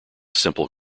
simple